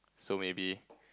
so maybe